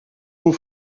beau